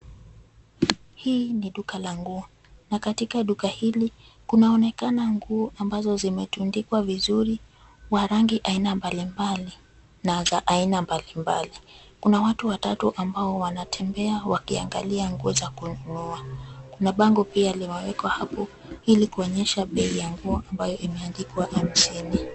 Hii, ni duka la nguo, na katika duka hili, kunaonekana nguo ambazo zimetundikwa vizuri, wa rangi aina mbalimbali na za aina mbalimbali, kuna watu watatu ambao wanatembea wakiangalia nguo za kununua, kuna bango pia limewekwa hapo, ili kuonyesha bei ya nguo ambayo imeandikwa hamsini.